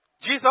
Jesus